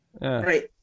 right